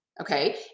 okay